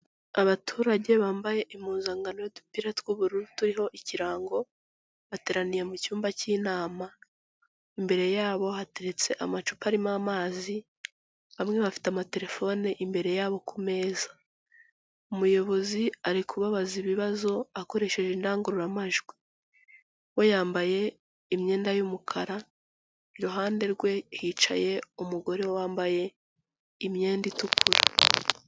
Abaturage bambaye impuzangano, udupira tw'ubururu turiho ikirango bateraniye mu cyumba cy'inama, imbere yabo hateretse amacupa arimo amazi bamwe bafite amatelefone imbere yabo ku meza, umuyobozi ari kubabaza ibibazo akoresheje intangururamajwi, we yambaye imyenda y'umukara iruhande rwe hicaye umugore wambaye imyenda itukura.